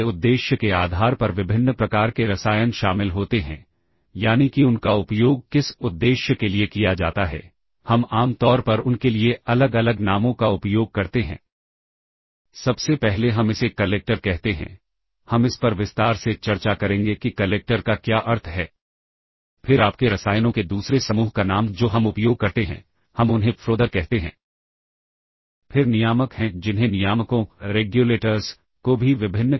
तो हम यहां पर एक प्रोग्राम को देखेंगे और जानने का प्रयास करेंगे कि यह प्रोग्राम किस जगह से आया है और इस प्रोग्राम का रजिस्टर क्या है तो मान लेते हैं कि इस प्रोग्राम में रजिस्टर BC और DE जोड़ो का इस्तेमाल है तो हम लोग यह चाहते हैं कि जिस भी प्रोग्राम का इस्तेमाल किया गया है इनको बुलाने के लिए हम इन को वापस उन्हीं वैल्यूज पर लाना चाहते हैं